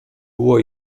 było